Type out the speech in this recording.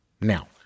now